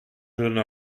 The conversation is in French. jeune